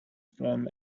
from